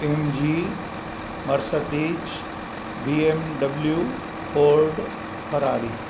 MG Mercedes BMW ford Ferrari